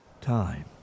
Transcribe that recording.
time